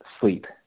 sleep